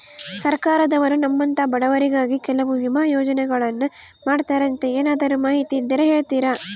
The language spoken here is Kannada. ಸರ್ಕಾರದವರು ನಮ್ಮಂಥ ಬಡವರಿಗಾಗಿ ಕೆಲವು ವಿಮಾ ಯೋಜನೆಗಳನ್ನ ಮಾಡ್ತಾರಂತೆ ಏನಾದರೂ ಮಾಹಿತಿ ಇದ್ದರೆ ಹೇಳ್ತೇರಾ?